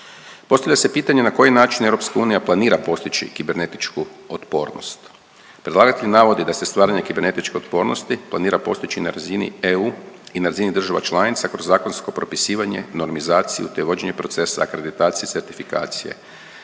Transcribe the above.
Postavlja se pitanje na koji način EU planira postići kibernetičku otpornost? Predlagatelj navodi da se stvaranje kibernetičke otpornosti planira postići na razini EU i na razini država članica kroz zakonsko propisivanje, normizaciju te vođenje procesa akreditacije i certifikacije.